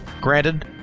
Granted